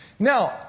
Now